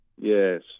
Yes